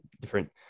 different